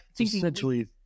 essentially